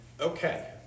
Okay